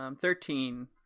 Thirteen